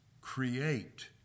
Create